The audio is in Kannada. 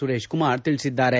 ಸುರೇಶ್ ಕುಮಾರ್ ತಿಳಿಸಿದ್ದಾರೆ